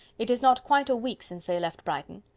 it is not quite a week since they left brighton.